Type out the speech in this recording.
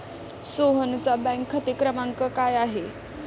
सोहनचा बँक खाते क्रमांक काय आहे?